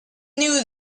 knew